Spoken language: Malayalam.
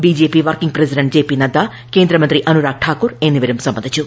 ബി ജെ പി പ്രിക്കിംഗ് പ്രസിഡന്റ് ജെ പി നദ്ദ കേന്ദ്രമന്ത്രി അനുരാഗ് താക്കൂർ എന്റിവരും സംബന്ധിച്ചു